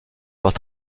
leurs